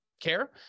care